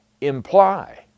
imply